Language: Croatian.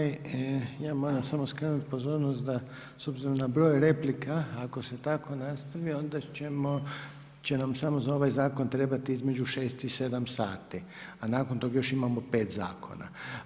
Ja moram samo skrenuti pozornost da s obzirom na broj replika, ako se tako nastavi onda ćemo, će nam samo za ovaj zakon trebati između 6 i 7 sati a nakon toga imamo još 5 zakona.